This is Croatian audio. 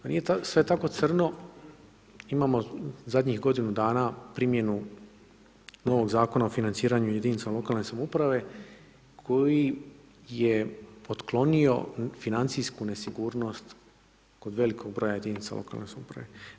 Pa nije sve tako crno, imamo zadnjih godinu dana primjenu novog Zakona o financiranju jedinica lokalne samouprave koji je otklonio financijsku nesigurnost kod velikog broja jedinica lokalne samouprave.